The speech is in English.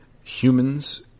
Humans